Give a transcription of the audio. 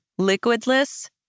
liquidless